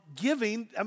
giving